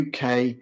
UK